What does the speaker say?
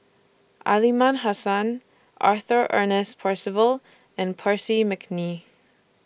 Aliman Hassan Arthur Ernest Percival and Percy Mcneice